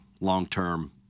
long-term